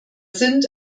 sind